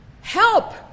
help